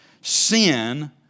Sin